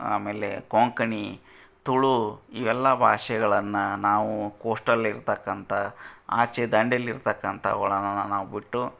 ಆಮೇಲೆ ಕೊಂಕಣಿ ತುಳು ಇವೆಲ್ಲಾ ಭಾಷೆಗಳನ್ನ ನಾವು ಕೋಸ್ಟಲ್ ಇರ್ತಕ್ಕಂಥ ಆಚೆ ದಂಡೆಯಲ್ಲಿರ್ತಕ್ಕಂಥವ್ಗಳನ್ನ ನಾವ್ ಬಿಟ್ಟು